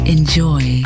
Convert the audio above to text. Enjoy